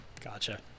Gotcha